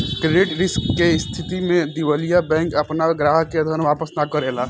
credit risk के स्थिति में दिवालिया बैंक आपना ग्राहक के धन वापस ना करेला